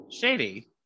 Shady